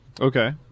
Okay